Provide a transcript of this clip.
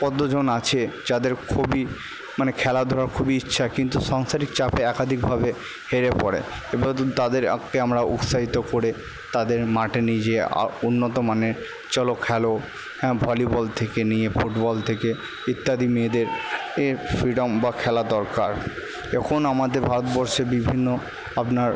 কতজন আছে যাদের খুবই মানে খেলাধুলার খুবই ইচ্ছা কিন্তু সংসারিক চাপে একাধিকভাবে হেরে পড়ে তাদেরকে আমরা উৎসাহিত করে তাদের মাঠে নিয়ে যেয়ে উন্নত মানের চলো খেলো হ্যাঁ ভলিবল থেকে নিয়ে ফুটবল থেকে ইত্যাদি মেয়েদের এর ফ্রিডম বা খেলার দরকার এখন আমাদের ভারতবর্ষে বিভিন্ন আপনার